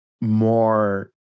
more